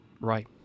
right